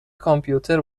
کامپیوتر